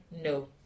no